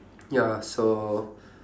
ya so